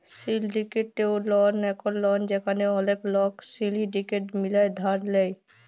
syndicated loan একট loan যেখালে ওলেক লক সিলডিকেট মিলায় ধার লেয়